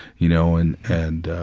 you know and and